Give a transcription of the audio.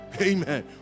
amen